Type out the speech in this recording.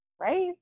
right